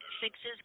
fixes